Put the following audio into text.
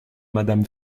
madame